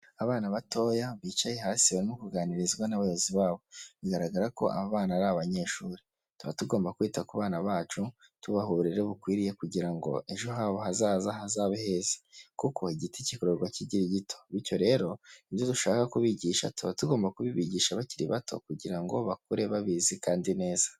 Abana batoya bicaye hasi bari mo kuganirizwa n'abayobozi babo bigaragara ko abana ari abanyeshuri. Tuba tugomba kwita ku bana bacu tubaha uburere bukwiriye kugira ngo ejo habo hazaza hazabe heza, kuko igiti kigororwa kikiri gito, bityo rero ibyo ibyo dushaka kubigisha tuba tugomba kubibigisha bakiri bato kugira ngo bakure babizi kandi neza.